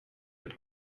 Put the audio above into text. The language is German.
mit